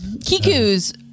Kiku's